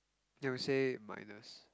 then you say minus